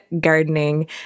Gardening